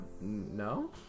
No